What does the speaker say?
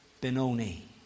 Benoni